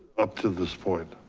up to this point?